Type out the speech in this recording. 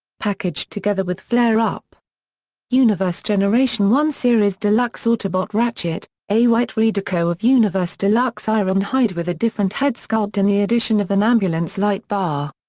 packaged together with flareup universe generation one series deluxe autobot ratchet a white redeco of universe deluxe ironhide with a different head sculpt and the addition of an ambulance light bar.